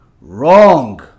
Wrong